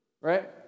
right